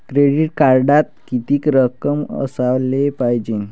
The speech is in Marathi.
क्रेडिट कार्डात कितीक रक्कम असाले पायजे?